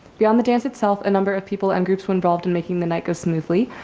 beyond the dance itself, a number of people and groups were involved in making the night go smoothly.